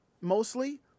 Mostly